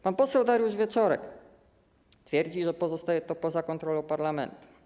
Pan poseł Dariusz Wieczorek twierdzi, że pozostaje to poza kontrolą parlamentu.